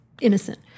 innocent